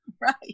Right